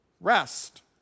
Rest